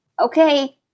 Okay